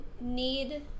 need